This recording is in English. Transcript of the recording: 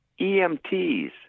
EMTs